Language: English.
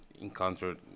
encountered